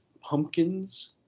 Pumpkins